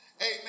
Amen